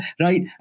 right